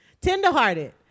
Tender-hearted